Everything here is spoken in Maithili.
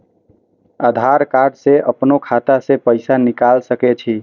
आधार कार्ड से अपनो खाता से पैसा निकाल सके छी?